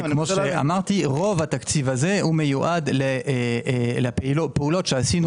כאומר רוב התקציב הזה מיועד לפעולות שעשינו